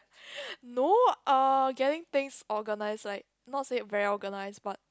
no uh getting things organised like not say very organised but